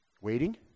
waiting